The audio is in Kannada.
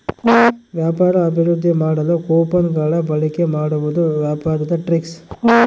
ವ್ಯಾಪಾರ ಅಭಿವೃದ್ದಿ ಮಾಡಲು ಕೊಪನ್ ಗಳ ಬಳಿಕೆ ಮಾಡುವುದು ವ್ಯಾಪಾರದ ಟ್ರಿಕ್ಸ್